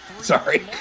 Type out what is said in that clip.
sorry